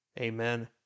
Amen